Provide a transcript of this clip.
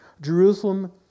Jerusalem